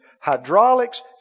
hydraulics